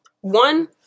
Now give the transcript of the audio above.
One